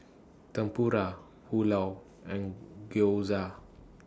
Tempura Pulao and Gyoza